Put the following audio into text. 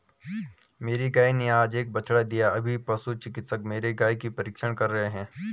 मेरी गाय ने आज एक बछड़ा दिया अभी पशु चिकित्सक मेरी गाय की परीक्षण कर रहे हैं